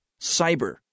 cyber